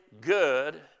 good